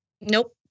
Nope